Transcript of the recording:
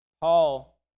Paul